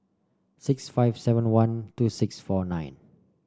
six five seven one two six four nine